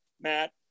Matt